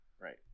Right